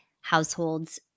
households